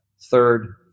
Third